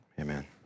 Amen